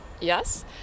Yes